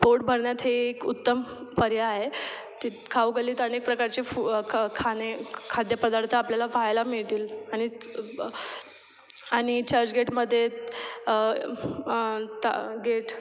पोट भरण्यात हे एक उत्तम पर्याय आहे ती खाऊगल्लीत अनेक प्रकारचे फु ख खाणे खाद्यपदार्थ आपल्याला पहायला मिळतील आणि आणि चर्चगेटमध्ये ता गेट